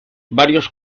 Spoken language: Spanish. varios